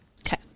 Okay